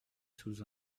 sous